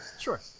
Sure